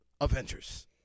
Avengers